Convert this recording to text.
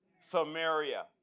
Samaria